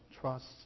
trusts